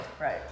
Right